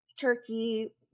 turkey